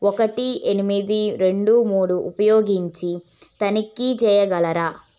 ఒకటి ఎనిమిది రెండు మూడు ఉపయోగించి తనిఖీ చేయగలరా